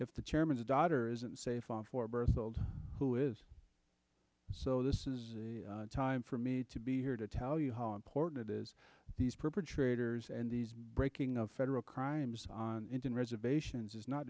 if the chairman the daughter isn't safe on fort berthold who is so this is the time for me to be here to tell you how important it is these perpetrators and these breaking of federal crimes on indian reservations is not